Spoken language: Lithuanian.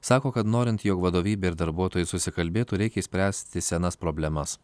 sako kad norint jog vadovybė ir darbuotojai susikalbėtų reikia išspręsti senas problemas